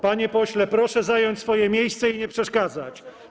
Panie pośle, proszę zająć swoje miejsce i nie przeszkadzać.